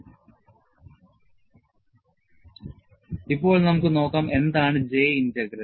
Eshelby's line Integrals ഇപ്പോൾ നമുക്ക് നോക്കാം എന്താണ് J integral